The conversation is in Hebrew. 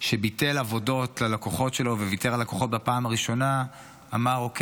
שביטל עבודות ללקוחות שלו וויתר על לקוחות בפעם הראשונה אמר: אוקיי,